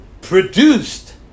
produced